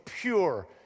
pure